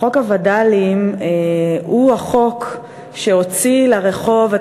חוק הווד"לים הוא החוק שהוציא לרחוב את